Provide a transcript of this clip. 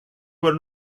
were